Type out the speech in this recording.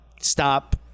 stop –